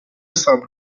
sable